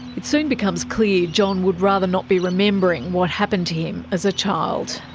it soon becomes clear john would rather not be remembering what happened to him as a child.